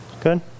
Good